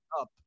up